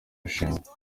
mushinga